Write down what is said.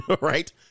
Right